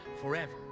forever